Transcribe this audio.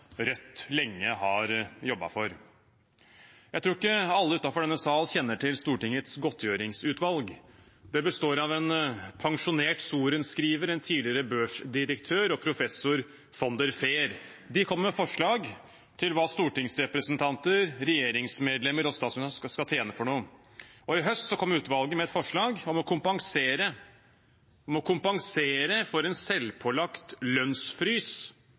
Rødt lenge har jobbet for. Jeg tror ikke alle utenfor denne sal kjenner til Stortingets godtgjøringsutvalg. Det består av en pensjonert sorenskriver, en tidligere børsdirektør og professor von der Fehr. De kommer med forslag til hva stortingsrepresentanter, regjeringsmedlemmer og statsministeren skal tjene. I høst kom utvalget med et forslag om å kompensere for en selvpålagt lønnsfrys